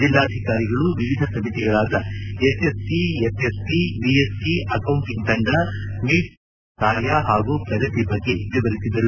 ಜಿಲ್ಲಾಧಿಕಾರಿಗಳು ವಿವಿಧ ಸಮಿತಿಗಳಾದ ಎಸ್ಎಸ್ಟಿ ಎಫ್ಎಸ್ಟಿ ವಿಎಸ್ಟಿ ಅಕೌಂಟಂಗ್ ತಂಡ ಮೀಡಿಯಾ ಮಾನಿಟರಿಂಗ್ ತಂಡಗಳ ಕಾರ್ಯ ಹಾಗೂ ಪ್ರಗತಿ ಬಗ್ಗೆ ವಿವರಿಸಿದರು